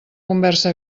conversa